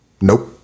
nope